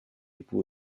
époux